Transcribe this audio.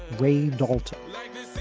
ray dalton. like